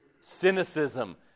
cynicism